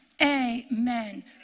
Amen